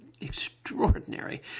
extraordinary